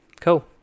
Cool